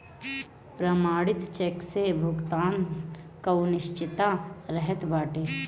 प्रमाणित चेक से भुगतान कअ निश्चितता रहत बाटे